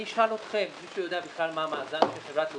אני אשאל אתכם: מישהו יודע בכלל מה המאזן של חברת "לאומיקארד"